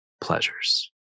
pleasures